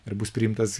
ir bus priimtas